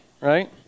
right